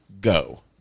Go